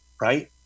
right